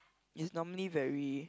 is normally very